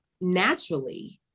naturally